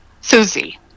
Susie